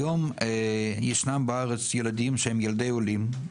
היום ישנם בארץ ילדים שהם ילדי עולים,